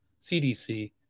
CDC